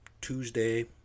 Tuesday